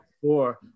four